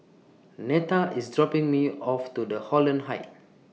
Netta IS dropping Me off to The Holland Heights